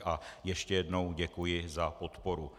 A ještě jednou děkuji za podporu.